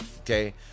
okay